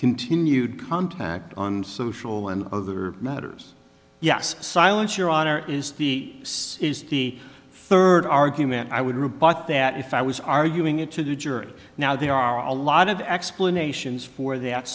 continued contact on social and other matters yes silence your honor is the is the third argument i would rebut that if i was arguing it to the jury now there are a lot of explanations for that